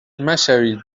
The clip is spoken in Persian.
مشوید